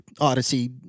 Odyssey